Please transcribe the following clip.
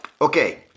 Okay